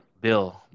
Bill